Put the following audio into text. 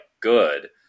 good